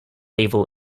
evil